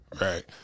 Right